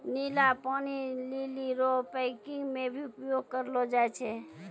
नीला पानी लीली रो पैकिंग मे भी उपयोग करलो जाय छै